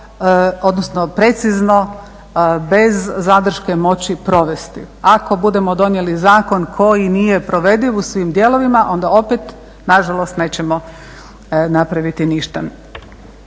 odnosno precizno bez zadrške moći provesti. Ako budemo donijeli zakon koji nije provediv u svim dijelovima onda opet nažalost nećemo napraviti ništa.